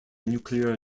nuclear